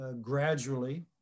gradually